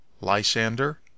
Lysander